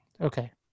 Okay